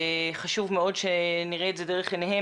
וחשוב מאוד שנראה את זה דרך עיניהם